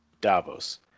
Davos